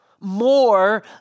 more